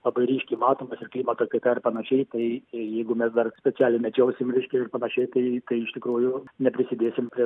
labai ryškiai matomas ir klimato kaita ir panašiai tai jeigu mes dar specialiai medžiosim reiškia ir panašiai tai tai iš tikrųjų neprisidėsim prie